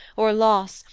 or loss,